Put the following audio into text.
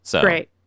Great